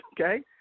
okay